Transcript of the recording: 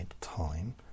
time